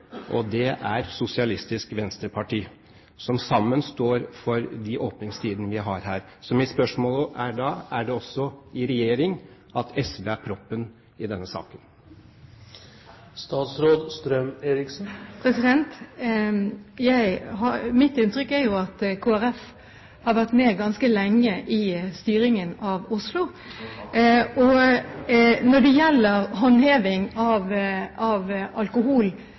og som sammen også står for de åpningstidene vi har. Så mitt spørsmål er da: Er SV også i regjering proppen i denne saken? Mitt inntrykk er jo at Kristelig Folkeparti har vært med ganske lenge i styringen av Oslo. Og når det gjelder håndheving av